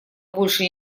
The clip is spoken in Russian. больше